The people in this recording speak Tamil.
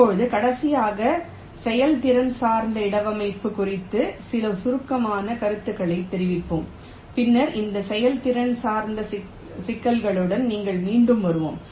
இப்போது கடைசியாக செயல்திறன் சார்ந்த இடவமைவுப்பு குறித்து சில சுருக்கமான கருத்துக்களைத் தெரிவிப்போம் பின்னர் இந்த செயல்திறன் சார்ந்த சிக்கல்களுக்கு நாங்கள் மீண்டும் வருவோம்